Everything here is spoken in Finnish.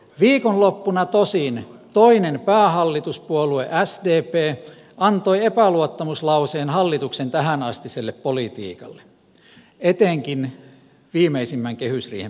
viikonloppuna tosin toinen päähallituspuolue sdp antoi epäluottamuslauseen hallituksen tähänastiselle politiikalle etenkin viimeisimmän kehysriihen päätöksille